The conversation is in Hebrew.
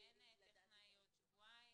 אין טכנאי עוד שבועיים.